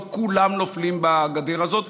לא כולם נופלים בגדר הזאת,